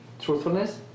truthfulness